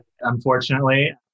unfortunately